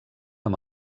amb